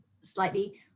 slightly